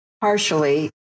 partially